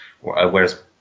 whereas